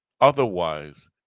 Otherwise